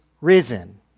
risen